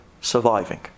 surviving